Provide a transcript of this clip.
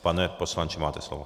Pane poslanče, máte slovo.